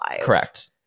Correct